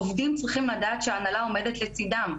עובדים צריכים לדעת שההנהלה עומדת לצידם.